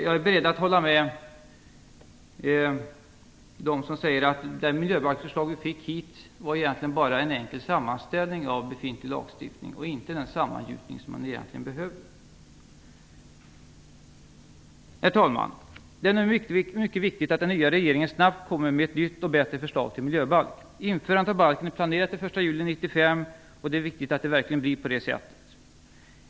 Jag är beredd att hålla med dem som säger att det miljöbalksförslaget bara var en enkel sammanställning av befintlig lagstiftning och inte den sammangjutning som man egentligen behövde. Herr talman! Det är mycket viktigt att den nya regeringen snabbt kommer med ett nytt och bättre förslag till miljöbalk. Införandet av balken är planerat till den 1 juli 1995. Det är viktigt att det verkligen blir på det sättet.